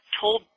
told